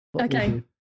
okay